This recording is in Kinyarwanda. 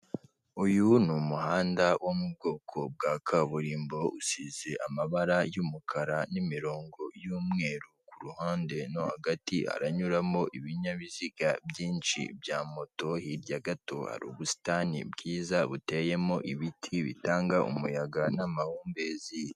Uyu ni umuhanda wo mu bwoko bwa kaburimbo, usize amabara y'umukara n'imirongo y'umweru. Ku ruhande no hagati haranyuramo ibinyabiziga byinshi bya moto, hirya gato hari ubusitani bwiza buteyemo ibiti bitanga umuyaga n'amahumbezi.